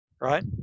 right